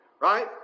right